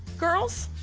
girls,